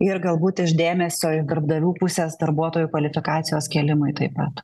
ir galbūt iš dėmesio į darbdavių pusės darbuotojų kvalifikacijos kėlimui taip pat